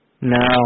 No